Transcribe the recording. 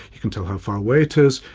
he can tell how far away it is,